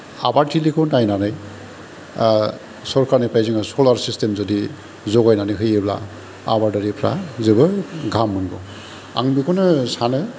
आबादथिलिखौ नायनानै सरखारनिफ्राय जोङो सलार सिस्तेम जुदि जगायनानै होयोब्ला आबादारिफोरा जोबोद गाहाम मोनगौ आं बेखौनो सानो